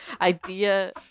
idea